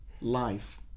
life